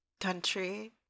country